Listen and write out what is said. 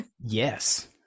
yes